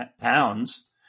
pounds